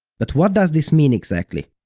but what does this mean exactly?